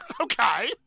Okay